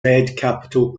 capital